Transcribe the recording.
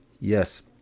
Yes